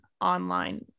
online